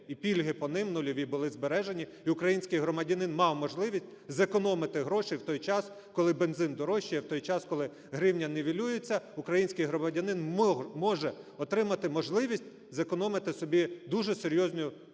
і пільги по них нульові були збережені, і український громадянин мав можливість зекономити гроші в той час, коли бензин дорожчає, в той час, коли гривня нівелюється, український громадянин може отримати можливість зекономити собі дуже серйозну суму